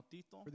Tito